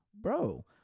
bro